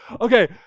Okay